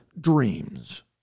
dreams